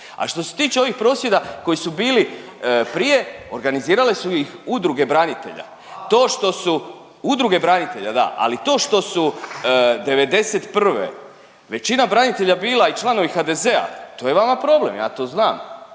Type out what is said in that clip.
A što se tiče ovih prosvjeda koji su bili prije, organizirale su ih Udruge branitelja. To što su Udruge branitelja da. Ali to što su '91. većina branitelja bila i članovi HDZ-a, to je vama problem, ja to znam.